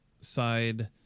side